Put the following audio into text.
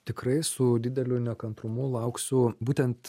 tikrai su dideliu nekantrumu lauksiu būtent